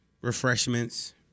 refreshments